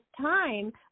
time